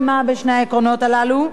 יש הלימה בין שני העקרונות הללו,